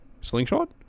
Slingshot